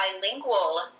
bilingual